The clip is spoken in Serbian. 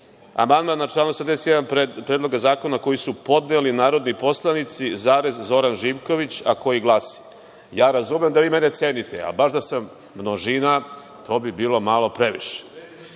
amandman na član 81. Predloga zakona koji su podneli narodni poslanici zarez Zoran Živković, a koji glasi. Razumem da vi mene cenite, ali da sam baš množina to bi bilo malo previše. Ovako